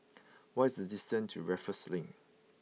what is the distance to Raffles Link